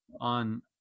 on